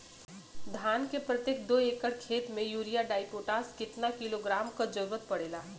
धान के प्रत्येक दो एकड़ खेत मे यूरिया डाईपोटाष कितना किलोग्राम क जरूरत पड़ेला?